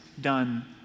done